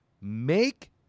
Make